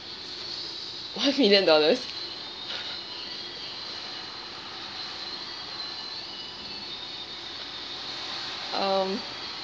one million dollars um